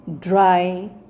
dry